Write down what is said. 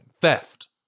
Theft